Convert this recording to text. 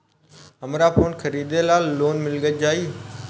हमरा फोन खरीदे ला लोन मिल जायी?